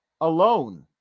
alone